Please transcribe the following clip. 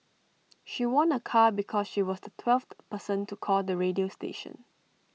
she won A car because she was the twelfth person to call the radio station